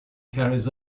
carries